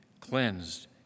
cleansed